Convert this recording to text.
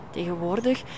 Tegenwoordig